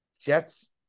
Jets